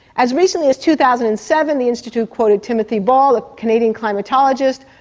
as recently as two thousand and seven the institute quoted timothy ball, a canadian climatologist,